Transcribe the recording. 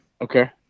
Okay